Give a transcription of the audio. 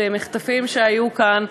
במחטפים שהיו כאן,